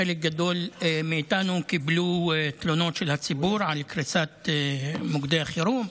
חלק גדול מאיתנו קיבלו תלונות של הציבור על קריסת מוקדי החירום: